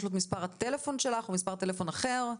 יש לו את מספר הטלפון שלך או מספר טלפון אחר?